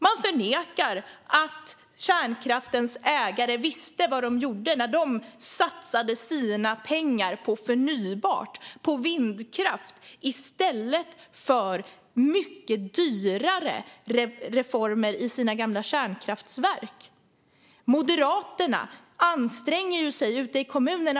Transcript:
Man förnekar att kärnkraftens ägare visste vad de gjorde när de satsade sina pengar på förnybart - vindkraft - i stället för mycket dyrare reformer i sina gamla kärnkraftverk. Vad är det då Moderaterna anstränger sig för ute i kommunerna?